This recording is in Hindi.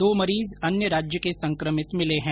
दो मरीज अन्य राज्य के संक्रमित मिले है